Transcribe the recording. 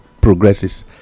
progresses